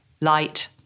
light